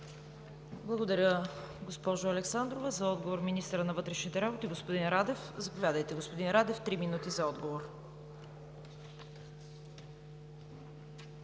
Благодаря, госпожо Александрова. За отговор – министърът на вътрешните работи господин Радев. Заповядайте, господин Радев, три минути за отговор.